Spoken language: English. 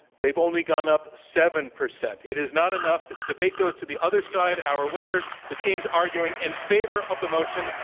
they've only gone up seven percent. it is not enough. the team debate goes to the other side. our winners, the team arguing in favor of the motion,